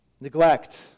Neglect